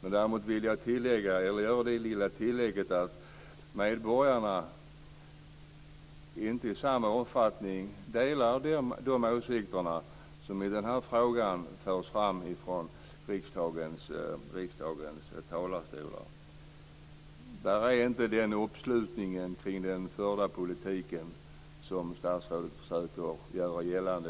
Men jag vill göra det lilla tillägget att medborgarna inte i samma omfattning delar de åsikter som förs fram i den här frågan från riksdagens talarstolar. Det finns inte den uppslutning kring den förda politiken som statsrådet försöker göra gällande.